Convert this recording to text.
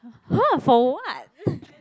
!huh! for what